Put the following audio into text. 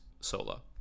solo